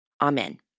Amen